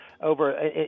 over